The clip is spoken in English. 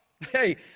Hey